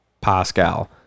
Pascal